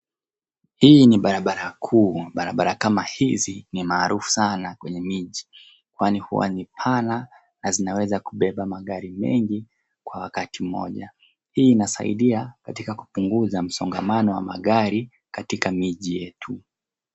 Hii ni barabara kuu, barabara kama hizi ni maaruufu sana kwenye miji kwani hua ni pana na zinaweza kubeba magari mengi kwa wakati mmoja. Hii inasaidia katika kupunguza msongamano wa magari katika miji yetu.